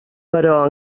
però